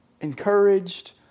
encouraged